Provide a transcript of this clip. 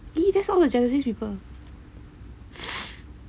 that's all the genesis people